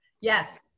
Yes